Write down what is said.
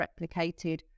replicated